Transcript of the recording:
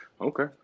Okay